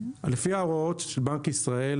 לפי ההוראות של בנק ישראל,